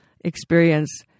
experience